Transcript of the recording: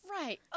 Right